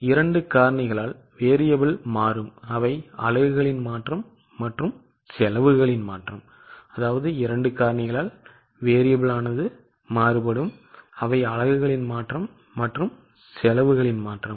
இரண்டு காரணிகளால் மாறி மாறும் அவை அலகுகளின் மாற்றம் மற்றும் செலவுகளின் மாற்றம்